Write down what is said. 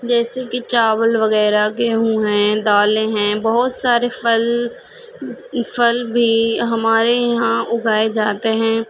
جیسے کہ چاول وغیرہ گیہوں ہیں دالیں ہیں بہت سارے پھل پھل بھی ہمارے یہاں اگائے جاتے ہیں